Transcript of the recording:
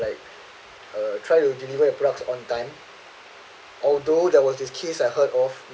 like uh try to deliver your products on time although there was this case I heard of